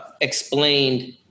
explained